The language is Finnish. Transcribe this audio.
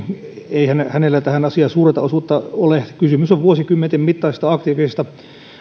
eihän hänellä tähän asiaan suurta osuutta ole kysymys on vuosikymmenten mittaisesta aktiivisesta